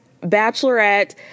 bachelorette